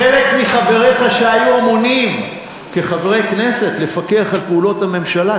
חלק מחבריך שהיו אמונים כחברי כנסת לפקח על פעולות הממשלה,